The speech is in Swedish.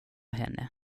henne